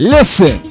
Listen